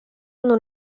non